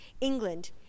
England